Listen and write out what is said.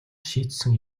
шийдсэн